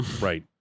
Right